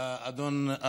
אדון,